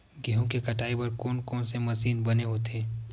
गेहूं के कटाई बर कोन कोन से मशीन बने होथे?